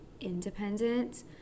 independent